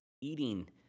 eating